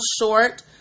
short